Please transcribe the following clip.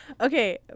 okay